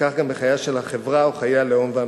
וכך גם בחייה של החברה וחיי הלאום והמדינה.